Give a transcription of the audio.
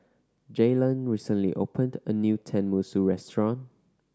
Jalen recently opened a new Tenmusu Restaurant